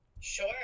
sure